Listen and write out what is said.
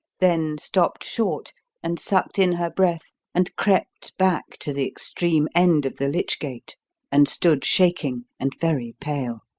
then stopped short and sucked in her breath, and crept back to the extreme end of the lich-gate and stood shaking and very pale.